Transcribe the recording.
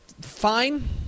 fine